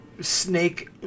snake